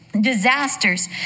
disasters